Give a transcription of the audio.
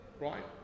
right